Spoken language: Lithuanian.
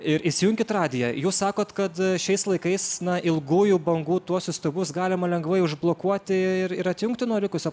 ir įsijunkit radiją jūs sakot kad šiais laikais na ilgųjų bangų tuos siųstuvus galima lengvai užblokuoti ir ir atsijungti nuo likusio